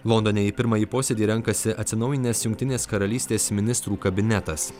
londone į pirmąjį posėdį renkasi atsinaujinęs jungtinės karalystės ministrų kabinetas